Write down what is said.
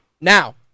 now